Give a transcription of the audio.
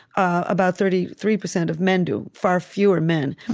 about thirty three percent of men do, far fewer men.